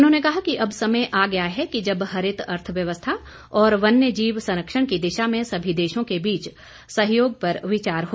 उन्होंने कहा कि अब समय आ गया है जब हरित अर्थव्यवस्था और वन्यजीव संरक्षण की दिशा में सभी देशों के बीच सहयोगपर विचार हो